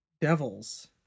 devils